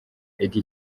eddy